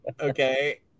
Okay